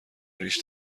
ریش